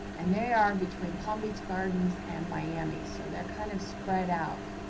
and they are between palm beach gardens and miami. so they're kind of spread out.